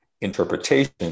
interpretation